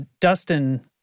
Dustin